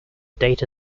data